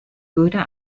würde